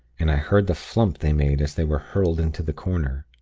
and i heard the flump they made as they were hurled into the corner.